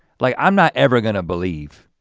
like i'm not ever gonna believe